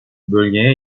bölgeye